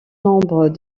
nombre